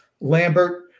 Lambert